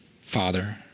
Father